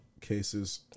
cases